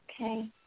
Okay